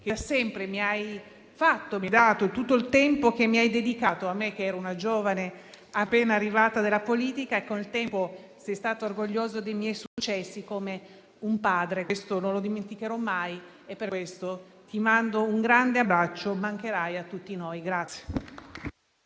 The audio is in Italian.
che da sempre mi hai dato e per tutto il tempo che hai dedicato a me che ero una giovane appena arrivata in politica e col tempo sei stato orgoglioso dei miei successi, come un padre. Questo non lo dimenticherò mai e per questo ti mando un grande abbraccio. Mancherai a tutti noi.